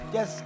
Yes